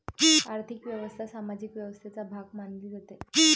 आर्थिक व्यवस्था सामाजिक व्यवस्थेचा भाग मानली जाते